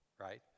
right